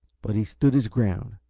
but he stood his ground.